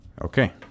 Okay